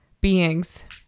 beings